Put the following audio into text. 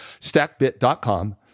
Stackbit.com